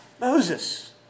Moses